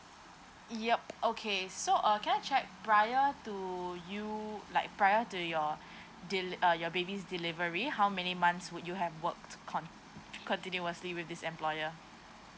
yup okay so uh can I check prior to you like prior to your deli~ uh your baby delivery how many months would you have work con~ continuously with this employer